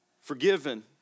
Forgiven